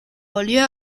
volvió